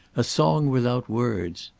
a song without words!